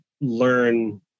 learn